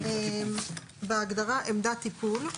בהגדרה עמדת טיפול,